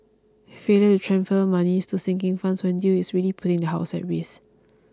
failure to transfer monies to sinking funds when due is really putting the house at risk